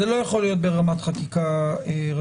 זה לא יכול להיות ברמת חקיקה ראשית